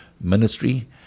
ministry